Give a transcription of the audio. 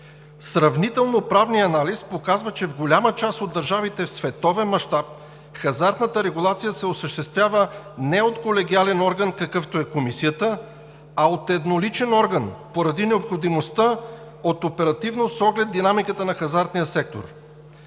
„Сравнително-правният анализ показва, че в голяма част от държавите в световен мащаб хазартната регулация се осъществява не от колегиален орган, какъвто е Комисията, а от едноличен орган, поради необходимостта от оперативност с оглед динамиката на хазартния сектор.